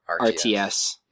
RTS